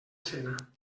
cena